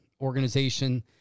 organization